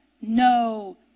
No